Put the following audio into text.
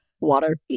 Water